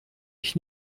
ich